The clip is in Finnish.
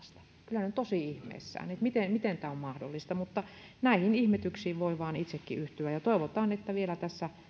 he ovat tosi ihmeissään että miten tämä on mahdollista näihin ihmetyksiin voi vain itsekin yhtyä toivotaan että tätä vielä